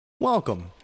Welcome